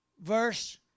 verse